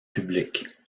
public